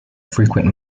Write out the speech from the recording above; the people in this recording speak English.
frequent